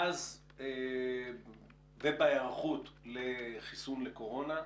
ובהיערכות לחיסון לקורונה,